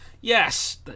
Yes